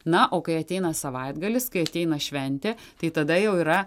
na o kai ateina savaitgalis kai ateina šventė tai tada jau yra